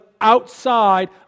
outside